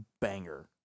banger